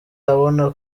abona